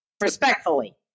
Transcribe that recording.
respectfully